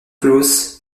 claus